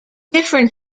different